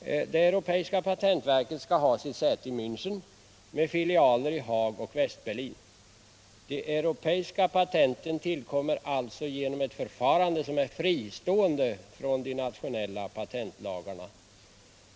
Det europeiska patentverket skall ha sitt säte i Mänchen, med filialer i Haag och Västberlin. De europeiska patenten tillkommer alltså genom ett förfarande som är fristående från de nationella patentlagarna.